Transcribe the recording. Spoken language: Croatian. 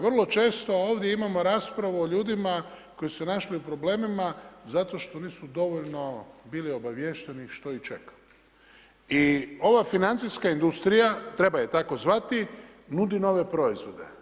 Vrlo često ovdje imamo raspravu o ljudima koji su se našli u problemima zato što nisu dovoljno bili obaviješteni što ih čeka i ova financijska industrija, treba je tako zvati, nudi nove proizvode.